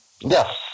Yes